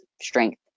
strength